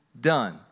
done